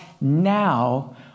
now